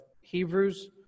Hebrews